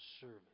service